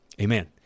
amen